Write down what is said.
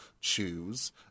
choose